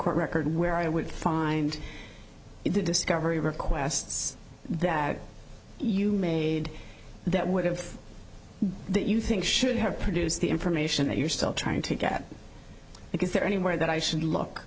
court record where i would find it the discovery requests that you made that would have that you think should have produced the information that you're still trying to get and is there anywhere that i should look